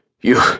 You-